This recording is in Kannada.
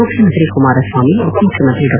ಮುಖ್ಯಮಂತಿ ಕುಮಾರಸ್ಲಾಮಿ ಉಪಮುಖ್ಯಮಂತಿ ಡಾ